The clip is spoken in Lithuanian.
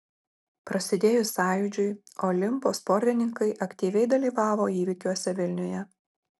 prasidėjus sąjūdžiui olimpo sportininkai aktyviai dalyvavo įvykiuose vilniuje